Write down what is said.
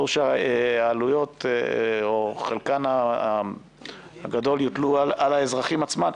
ברור שהעלויות או חלקן הגדול יוטלו על האזרחים עצמם.